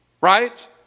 Right